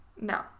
No